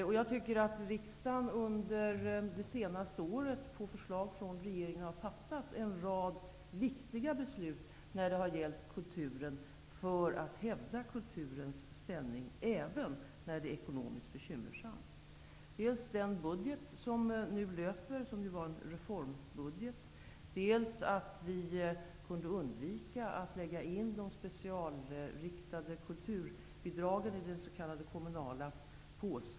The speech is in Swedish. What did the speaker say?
Riksdagen har under det senaste året, på förslag av regeringen, fattat en rad viktiga beslut för att hävda kulturens ställning även när det är ekonomiskt bekymmersamt i samhället. Det gäller dels den reformbudget som nu löper, dels att det gick att undvika att lägga in de specialriktade kulturbidragen i den s.k. kommunala påsen.